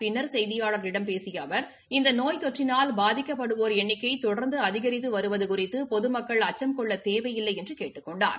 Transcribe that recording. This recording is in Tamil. பின்னர் செய்தியாளர்களிடம் பேசிய அவர் இந்த நோய் தொற்றினால் பாதிக்கப்படுவோரின் எண்ணிக்கை தொடர்ந்து அதிகித்து வருவது குறித்து பொதுமக்கள் அச்சம் கொள்ளத் தேவையில்லை என்று கேட்டுக் கொண்டார்